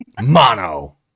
Mono